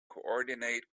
coordinate